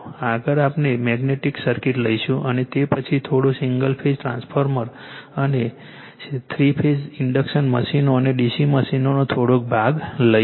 આગળ આપણે magnetic circuit લઈશું અને તે પછી થોડો સિંગલ ફેઝ ટ્રાન્સફોર્મર અને થ્રી ફેઝ ઇન્ડક્શન મશીનો અને ડી સી મશીનોનો થોડો ભાગ લઈશું